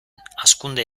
hazkunde